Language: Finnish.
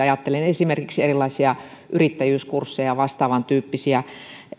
ajattelen esimerkiksi erilaisia yrittäjyyskursseja vastaavantyyppisiä